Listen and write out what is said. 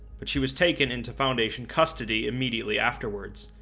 but she was taken into foundation custody immediately afterwards,